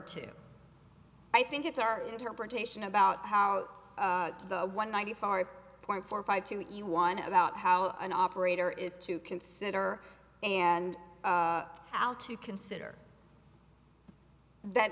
to i think it's our interpretation about how the one ninety far point four five to each one about how an operator is to consider and how to consider that